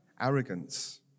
arrogance